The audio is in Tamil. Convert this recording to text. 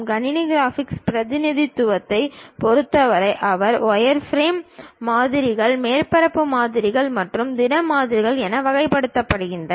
கணினி கிராபிக்ஸ் பிரதிநிதித்துவத்தைப் பொறுத்தவரை அவை வயர்ஃப்ரேம் மாதிரிகள் மேற்பரப்பு மாதிரிகள் மற்றும் திட மாதிரிகள் என வகைப்படுத்தப்படும்